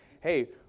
Hey